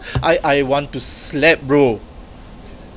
I I want to slap bro